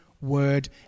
word